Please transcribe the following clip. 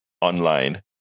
online